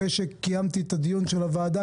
אחרי שקיימתי את הדיון של הוועדה,